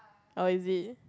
oh is it